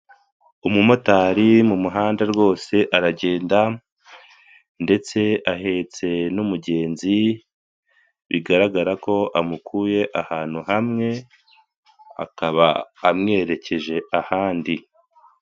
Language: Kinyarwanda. Umumotari mu muhanda rwose aragenda ndetse ahetse n'umugenzi, bigaragara ko amukuye ahantu hamwe akaba amwerekeje ahandi.